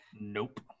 Nope